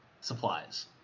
supplies